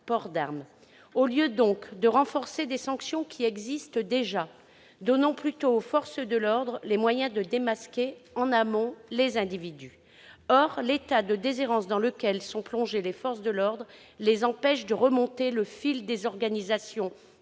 port d'armes ... Au lieu de renforcer des sanctions qui existent déjà, donnons plutôt aux forces de l'ordre les moyens de démasquer en amont les individus. Or l'état de déshérence dans lequel sont plongées les forces de l'ordre les empêche de remonter le fil des organisations